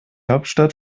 hauptstadt